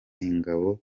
ingabo